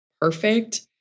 perfect